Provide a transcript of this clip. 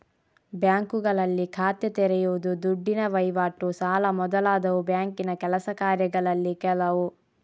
ಬ್ಯಾಂಕುಗಳಲ್ಲಿ ಖಾತೆ ತೆರೆಯುದು, ದುಡ್ಡಿನ ವೈವಾಟು, ಸಾಲ ಮೊದಲಾದವು ಬ್ಯಾಂಕಿನ ಕೆಲಸ ಕಾರ್ಯಗಳಲ್ಲಿ ಕೆಲವು